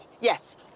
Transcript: Yes